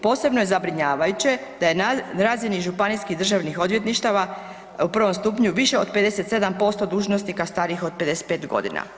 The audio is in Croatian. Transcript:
Posebno je zabrinjavajuće da je na razini županijskih državnih odvjetništava u prvom stupnju više od 57% dužnosnika starijih od 55 godina.